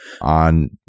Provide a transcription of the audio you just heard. on